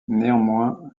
néanmoins